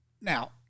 now